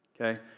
okay